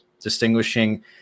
distinguishing